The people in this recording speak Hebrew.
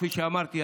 כפי שאמרתי,